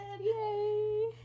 Yay